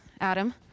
Adam